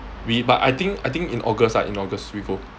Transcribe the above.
we but I think I think in august lah in august we go